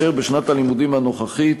ובשנת הלימודים הנוכחית